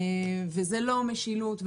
זאת לא משילות,